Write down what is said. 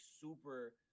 super